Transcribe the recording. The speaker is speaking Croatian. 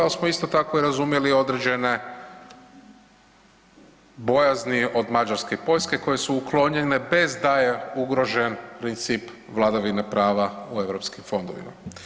Ali smo isto tako i razumjeli određene bojazni od Mađarske i Poljske koje su uklonjene bez da je ugrožen princip vladavine prava u europskim fondovima.